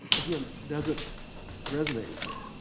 again, doesn't resonate with me.